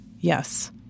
yes